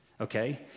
Okay